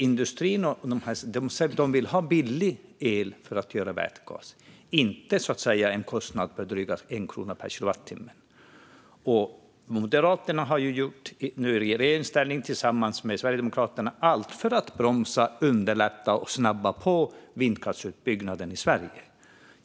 Industrin vill ha billig el för att göra vätgas, inte en kostnad på drygt 1 krona per kilowattimme. I regeringsställning har Moderaterna tillsammans med Sverigedemokraterna gjort allt för att bromsa, inte underlätta och snabba på, vindkraftsutbyggnaden i Sverige.